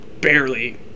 barely